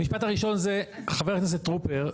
המשפט הראשון זה, חבר הכנסת טרופר,